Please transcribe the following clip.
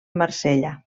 marsella